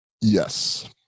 Yes